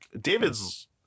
david's